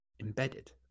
embedded